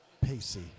Pacey